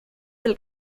del